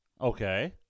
Okay